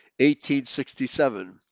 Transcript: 1867